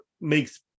makes